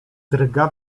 drga